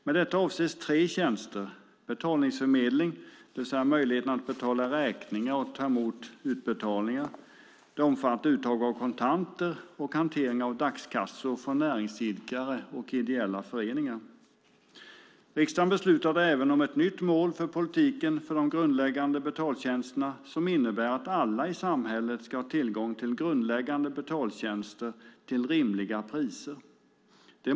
Med detta avses tre tjänster: betalningsförmedling, det vill säga möjligheten att betala räkningar och ta emot utbetalningar, uttag av kontanter samt hantering av dagskassor från näringsidkare och ideella föreningar. Riksdagen beslutade även om ett nytt mål för politiken för de grundläggande betaltjänsterna som innebär att alla i samhället ska ha tillgång till grundläggande betaltjänster till rimliga priser.